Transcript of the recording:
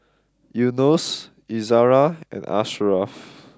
Yunos Izzara and Ashraff